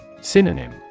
Synonym